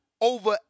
over